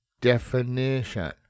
definition